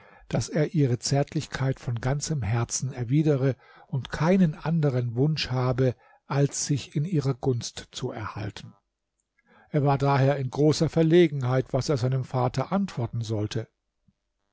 daß er ihre zärtlichkeit von ganzem herzen erwidere und keinen anderen wunsch habe als sich in ihrer gunst zu erhalten er war daher in großer verlegenheit was er seinem vater antworten sollte